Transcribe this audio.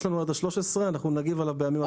יש לנו עד ה-13 ואנחנו נגיב בימים הקרובים.